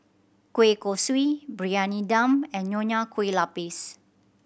kueh kosui Briyani Dum and Nonya Kueh Lapis